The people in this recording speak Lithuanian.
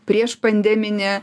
prieš pandeminė